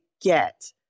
get